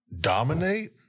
dominate